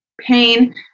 pain